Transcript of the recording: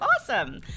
awesome